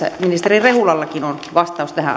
ministeri rehulallakin on vastaus tähän